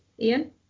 Ian